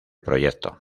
proyecto